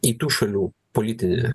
į tų šalių politinį